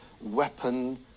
weapon